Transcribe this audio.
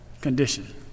condition